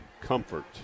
comfort